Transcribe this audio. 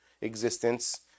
existence